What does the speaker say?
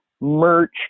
merch